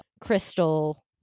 crystal